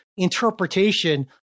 interpretation